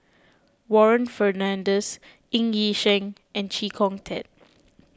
Warren Fernandez Ng Yi Sheng and Chee Kong Tet